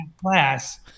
class